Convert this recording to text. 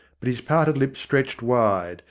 but his parted lips stretched wide,